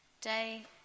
day